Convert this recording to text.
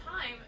time